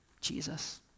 Jesus